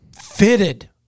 fitted